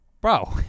bro